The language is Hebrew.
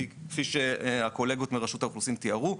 כמו שהקולגות מרשות האוכלוסין תיארו,